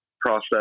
process